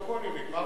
פרוטוקולים, נגמר.